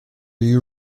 you